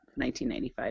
1995